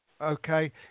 Okay